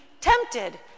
tempted